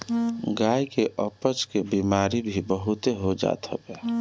गाई के अपच के बेमारी भी बहुते हो जात हवे